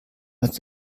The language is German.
als